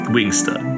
Wingster